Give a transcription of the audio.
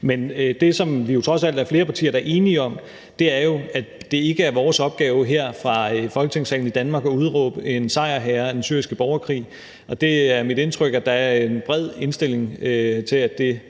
Men det, som vi jo trods alt er flere partier der er enige om, er, at det jo ikke er vores opgave her fra Folketingssalen i Danmark at udråbe en sejrherre i den syriske borgerkrig, og det er mit indtryk, at der er en bred tilslutning til, at det